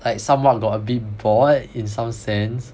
like somewhat got a bit bored in some sense